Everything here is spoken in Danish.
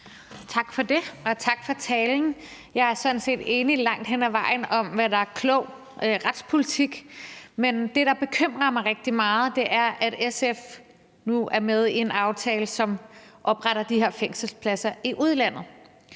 Tak for det, og tak for talen. Jeg er sådan set langt hen ad vejen enig i, hvad der er klog retspolitik, men det, der bekymrer mig rigtig meget, er, at SF nu er med i en aftale, som opretter de her fængselspladser i udlandet.